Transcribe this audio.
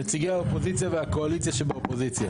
נציגי האופוזיציה הקואליציה שבאופוזיציה.